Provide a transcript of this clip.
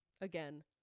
Again